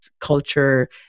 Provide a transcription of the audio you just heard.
culture